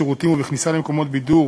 בשירותים ובכניסה למקומות בידור